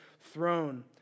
throne